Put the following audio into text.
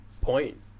point